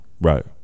Right